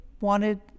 wanted